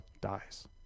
dies